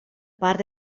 part